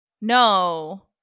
No